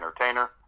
entertainer